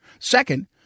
Second